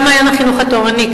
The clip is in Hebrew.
גם "מעיין החינוך התורני",